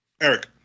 Eric